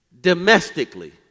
Domestically